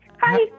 Hi